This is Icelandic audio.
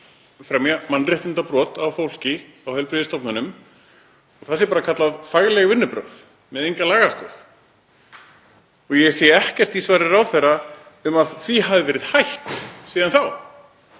fremja mannréttindabrot á fólki á heilbrigðisstofnunum og það séu bara kölluð fagleg vinnubrögð með enga lagastoð. Ég sé ekkert í svari ráðherra um að því hafi verið hætt síðan þá.